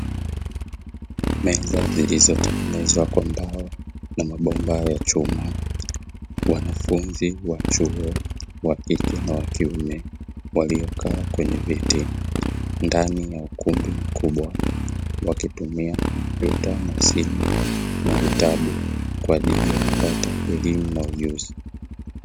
Meza zilizotengenezwa kwa mbao na mabomba ya chuma. Wanafunzi wa chuo wa kike na wa kiume waliokaa kwenye viti ndani ya ukumbi mkubwa, wakitumia kompyuta na simu na vitabu kwa ajili ya kupata elimu na ujuzi.